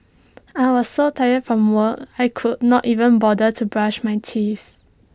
I was so tired from work I could not even bother to brush my teeth